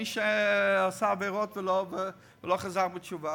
מי שעשה עבירות ולא חזר בתשובה,